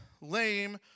lame